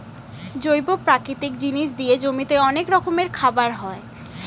জৈব প্রাকৃতিক জিনিস দিয়ে জমিতে অনেক রকমের খাবার হয়